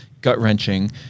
gut-wrenching